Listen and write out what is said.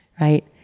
right